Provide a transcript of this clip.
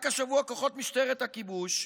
רק השבוע כוחות משטרת הכיבוש,